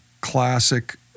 classic